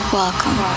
welcome